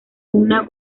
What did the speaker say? una